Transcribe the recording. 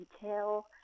detail